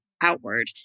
Outward